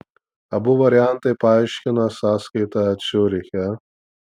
abu variantai paaiškina sąskaitą ciuriche